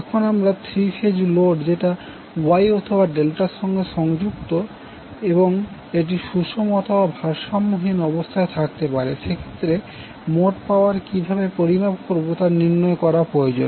এখন আমরা three phase load যেটা Y অথবা ডেল্টার সঙ্গে যুক্ত এবং এটি সুষম অথবা ভারসাম্যহীন অবস্থায় থাকতে পারে সেক্ষেত্রে মোট পাওয়ার কিভাবে পরিমাপ করবো তা নির্ণয় করা প্রয়োজন